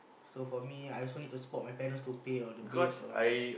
so for me I also need to support my parents to pay all the bills all lah